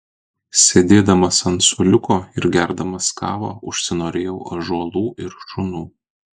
sėdėdamas ant suoliuko ir gerdamas kavą užsinorėjau ąžuolų ir šunų